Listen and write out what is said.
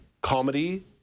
comedy